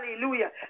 Hallelujah